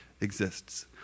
exists